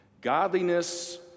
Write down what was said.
Godliness